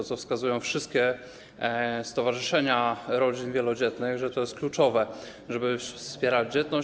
Na to wskazują wszystkie stowarzyszenia rodzin wielodzietnych, że to jest kluczowe, żeby wspierać dzietność.